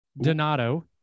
Donato